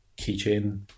keychain